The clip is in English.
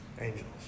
angels